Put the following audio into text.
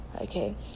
Okay